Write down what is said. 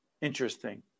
interesting